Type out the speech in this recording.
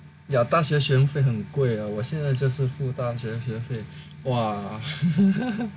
ya 大学学费很贵啊我现在就是付大学学费 !wah!